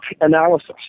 analysis